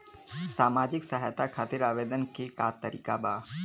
सामाजिक सहायता खातिर आवेदन के का तरीका बा?